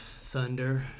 thunder